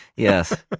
yes.